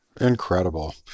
Incredible